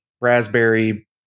raspberry